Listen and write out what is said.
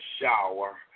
shower